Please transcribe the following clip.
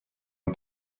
она